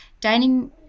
Dining